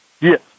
Yes